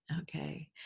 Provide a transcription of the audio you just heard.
Okay